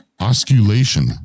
Osculation